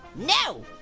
no!